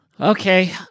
Okay